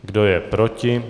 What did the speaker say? Kdo je proti?